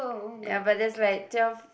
ya but there's like twelve